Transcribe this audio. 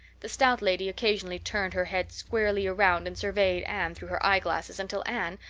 the stout lady occasionally turned her head squarely around and surveyed anne through her eyeglasses until anne,